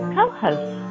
Co-host